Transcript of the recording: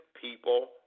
people